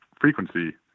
frequency